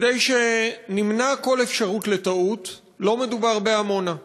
כדי שנמנע כל אפשרות לטעות, לא מדובר בעמונה.